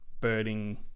birding